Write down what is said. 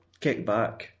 kickback